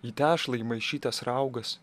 į tešlą įmaišytas raugas